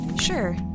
Sure